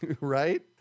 Right